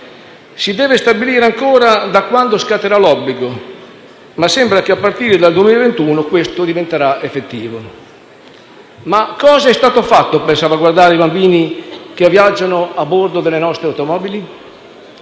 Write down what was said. Si deve stabilire ancora da quando scatterà l'obbligo, ma sembra che a partire dal 2021 questo diventerà effettivo. Ma cosa è stato fatto per salvaguardare i bambini che viaggiano a bordo delle nostre automobili?